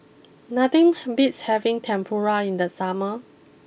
nothing beats having Tempura in the summer